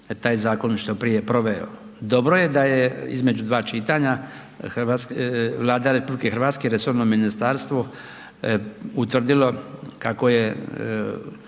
taj zakon što prije proveo. Dobro je da je između dva čitanja Vlada RH, resorno ministarstvo utvrdilo kako je